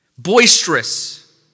Boisterous